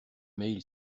mail